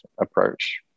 approach